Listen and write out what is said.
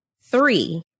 three